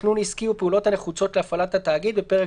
תכנון עסקי ופעולות הנחוצות להפעלת התאגיד (בפרק